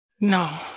No